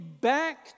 back